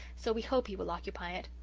so we hope he will occupy it.